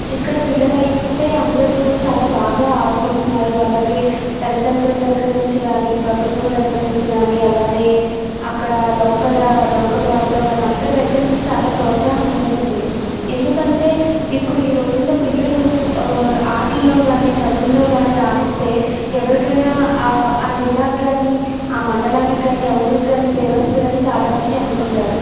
ఇక్కడ పిల్లలయితే అందరు చాలా బాగా ఆడుకుంటున్నారు అలాగే తల్లిదండ్రుల దగ్గర నుంచి కానీ ఈ ప్రభుత్వం దగ్గర నుంచి కానీ అలాగే అక్కడ లోకల లోకల్ వాళ్ళతో కానీ అందరి దగ్గర నుంచి చాలా ప్రోత్సాహం అనేది ఉంది ఎందుకంటే ఇప్పుడు ఈ రోజుల్లో పిల్లలు ఆటల్లో కానీ చదువుల్లో కానీ రానిస్తే ఎవరికైనా ఆ జిల్లాకు కానీ ఆ మండలానికి కానీ ఆ ఊరికి కానీ పేరు వస్తుందని చాలామంది అనుకుంటారు